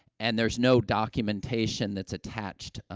and there's no documentation that's attached, ah,